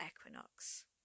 equinox